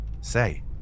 Say